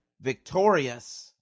victorious